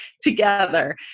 together